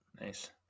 Nice